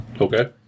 Okay